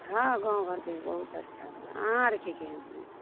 हँ गाँव घरके बहुत अच्छा छै अहाँ आरके केहन चलै